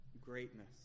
greatness